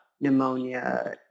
pneumonia